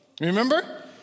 Remember